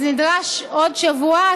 אז נדרש עוד שבוע.